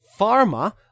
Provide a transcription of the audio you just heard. pharma